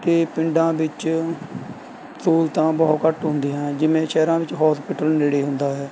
ਅਤੇ ਪਿੰਡਾਂ ਵਿੱਚ ਸਹੂਲਤਾਂ ਬਹੁਤ ਘੱਟ ਹੁੰਦੀਆਂ ਹੈ ਜਿਵੇਂ ਸ਼ਹਿਰਾਂ ਵਿੱਚ ਹੋਸਪਿਟਲ ਨੇੜੇ ਹੁੰਦਾ ਹੈ